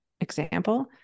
example